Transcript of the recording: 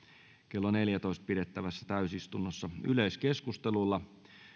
kello neljässätoista pidettävässä täysistunnossa yleiskeskustelulla